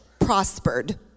prospered